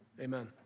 Amen